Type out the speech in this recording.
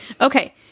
Okay